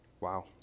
wow